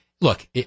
look